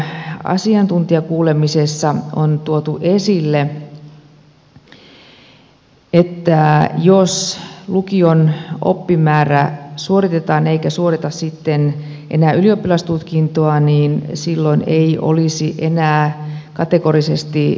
valiokunnan asiantuntijakuulemisessa on tuotu esille että jos lukion oppimäärä suoritetaan eikä suoriteta sitten enää ylioppilastutkintoa niin silloin ei olisi enää kategorisesti